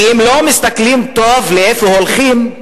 כי אם לא מסתכלים טוב לאיפה הולכים,